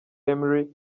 emery